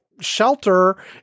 shelter